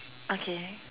okay